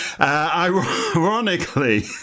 Ironically